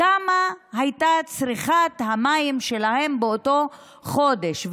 כמה הייתה צריכת המים שלהם באותו חודש,